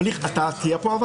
אבל אתה תהיה פה?